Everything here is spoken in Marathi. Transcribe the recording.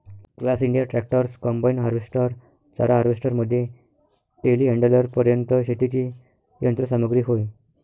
class India tractors, combine harvester, चारा हार्वेस्टर मध्ये टेलीहँडलरपर्यंत शेतीची यंत्र सामग्री होय